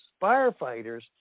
firefighters